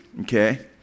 Okay